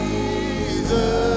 Jesus